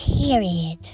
period